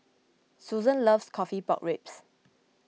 Susan loves Coffee Pork Ribs